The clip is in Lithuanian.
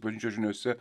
bažnyčios žiniose